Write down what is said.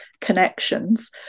connections